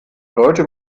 leute